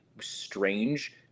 strange